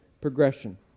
progression